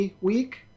Week